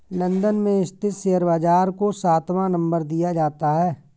London में स्थित share बाजार को सातवां नम्बर दिया जाता है